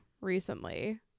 recently